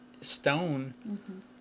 stone